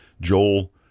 Joel